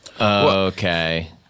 Okay